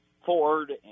Ford